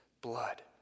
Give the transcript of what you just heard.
blood